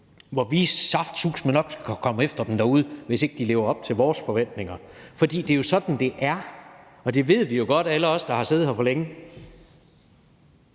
hvor vi saftsuseme nok skal komme efter dem derude, hvis ikke de lever op til vores forventninger? For det er jo sådan, det er, og alle os, der har siddet her for længe,